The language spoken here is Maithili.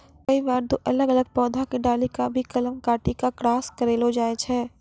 कई बार दो अलग अलग पौधा के डाली कॅ भी कलम काटी क क्रास करैलो जाय छै